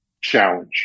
challenge